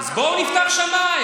פתיחת השמיים, אז בואו נפתח את השמיים.